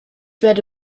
werde